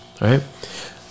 right